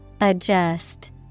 Adjust